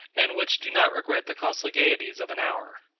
and which do not regret the costly gaieties of an hour.